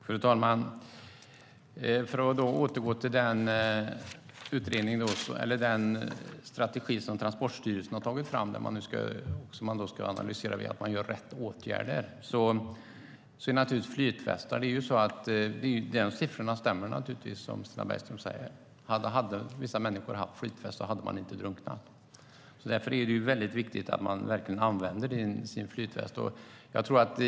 Fru talman! För att återgå till den strategi som Transportstyrelsen har tagit fram, där man ska analysera och se till att rätt åtgärder vidtas - det kan också handla om flytvästar. De siffror som Stina Bergström nämner stämmer naturligtvis. Hade vissa människor haft flytväst hade de inte drunknat. Därför är det viktigt att man verkligen använder flytväst.